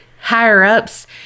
higher-ups